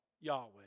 Yahweh